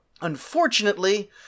Unfortunately